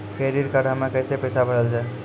Credit card हम्मे कैसे पैसा भरल जाए?